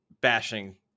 bashing